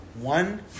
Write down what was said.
one